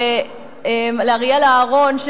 לאריאלה אהרון,